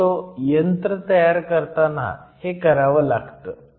शक्यतो यंत्र तयार करताना हे करावं लागतं